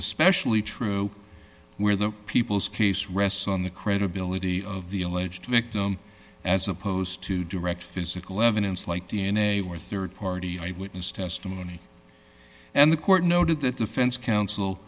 especially true where the people's case rests on the credibility of the alleged victim as opposed to direct physical evidence like d n a were rd party eyewitness testimony and the court noted that defense counsel